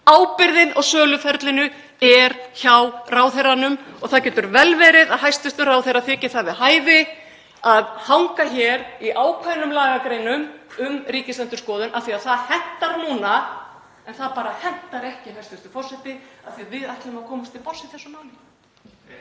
Ábyrgðin á söluferlinu er hjá ráðherranum. Það getur vel verið að hæstv. ráðherra þyki það við hæfi að hanga hér í ákveðnum lagagreinum um Ríkisendurskoðun af því að það hentar núna. En það bara hentar ekki, hæstv. forseti, af því að við ætlum að komast til botns í þessu máli.